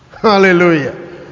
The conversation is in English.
Hallelujah